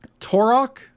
Torok